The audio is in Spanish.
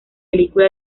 película